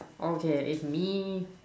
okay if me